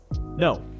No